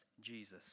Jesus